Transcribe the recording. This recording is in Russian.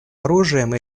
оружием